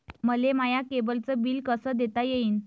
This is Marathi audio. मले माया केबलचं बिल कस देता येईन?